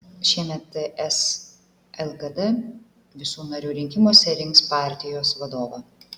šiemet ts lkd visų narių rinkimuose rinks partijos vadovą